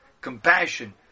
compassion